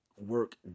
work